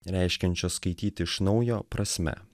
reiškiančio skaityti iš naujo prasme